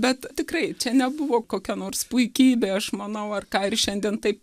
bet tikrai čia nebuvo kokia nors puikybė aš manau ar ką ir šiandien taip